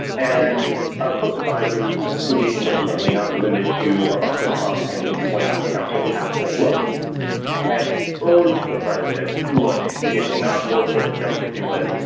and close advisers, including but certainly not limited to a bunker. trump and white house counsel patrick boloney had urged the president, look, it's not worth it, don't do it.